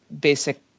basic